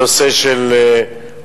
הנושא של כוללים,